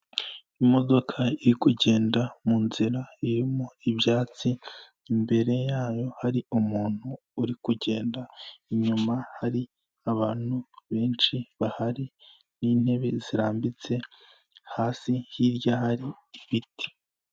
Imodoka iri kugenda muzira irimo ibyatsi imbere yayo hari umuntu uri kugenda, inyuma hari abantu benshi bahari n'intebe zirambitse hasi hirya hari ibiti.